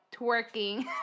twerking